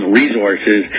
resources